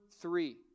three